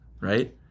right